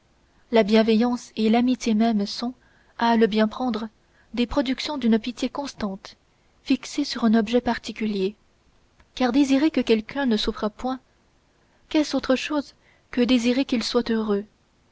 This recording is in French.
la bienveillance et l'amitié même sont à le bien prendre des productions d'une pitié constante fixée sur un objet particulier car désirer que quelqu'un ne souffre point qu'est-ce autre chose que désirer qu'il soit heureux